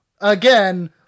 Again